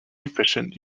efficient